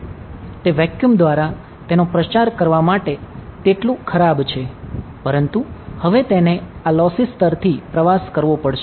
તે વેક્યુમ દ્વારા તેનો પ્રચાર કરવા માટે તેટલું ખરાબ છે પરંતુ હવે તેને આ લોસી સ્તરથી પ્રવાસ કરવો પડશે